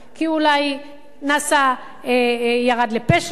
כי אולי ירד לפשע,